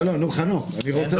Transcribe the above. נו חנוך, אני רוצה לשמוע אותך.